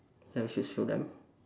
ya we should show them